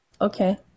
Okay